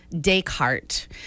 descartes